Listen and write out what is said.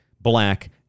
black